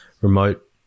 remote